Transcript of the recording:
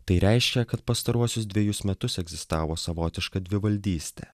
tai reiškia kad pastaruosius dvejus metus egzistavo savotiška dvivaldystė